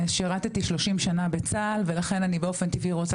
שירתי 30 שנה בצה"ל ולכן באופן טבעי אני רוצה